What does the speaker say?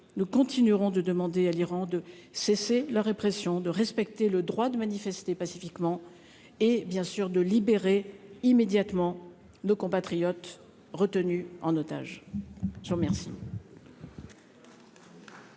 nous continuerons de demander à l'Iran de cesser la répression, de respecter le droit de manifester pacifiquement et, bien sûr, de libérer immédiatement nos compatriotes retenus en otage. Et la question